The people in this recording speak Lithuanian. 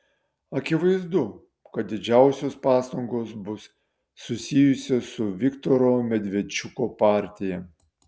akivaizdu kad didžiausios pastangos bus susijusios su viktoro medvedčiuko partija